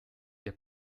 der